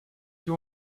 you